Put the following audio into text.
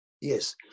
Yes